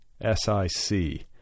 S-I-C